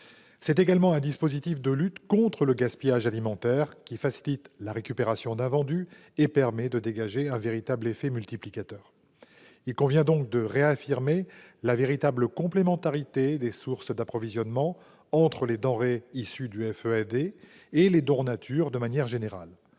C'est également un dispositif de lutte contre le gaspillage alimentaire, car il facilite la récupération d'invendus et permet un véritable effet multiplicateur. Il convient donc de réaffirmer la véritable complémentarité des sources d'approvisionnement entre les denrées issues du FEAD et les dons en nature de manière générale.